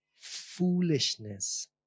foolishness